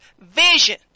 vision